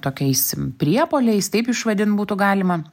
tokiais priepuoliais taip išvadin būtų galima